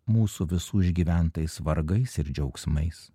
mūsų visų išgyventais vargais ir džiaugsmais